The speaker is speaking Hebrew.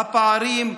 הפערים,